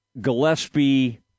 Gillespie